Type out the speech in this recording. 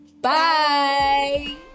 Bye